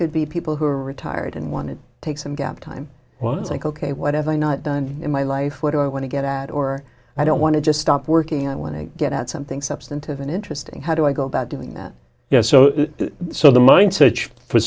could be people who are retired and want to take some gap time was like ok whatever i've not done in my life what i want to get at or i don't want to just stop working i want to get out something substantive and interesting how do i go about doing that so so the mind search for